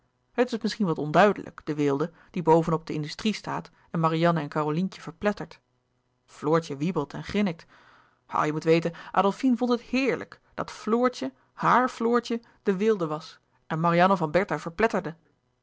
het is misschien wat onduidelijk de weelde die boven op de industrie staat en marianne en carolientje verplettert floortje wiebelt en grinnikt o je moet weten adolfine vond het heerlijk dat floortje haar floortje de weelde was en marianne van bertha verpletterde